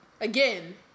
Again